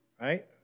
right